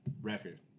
Record